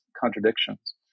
contradictions